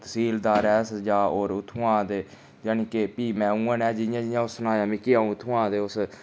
तह्सीलदारै शा जाओ होर उत्थुआं ते जानि के फ्ही में उ'आं ने जियां जियां उस सनाया मिगी अ'ऊं उत्थुआं ते उस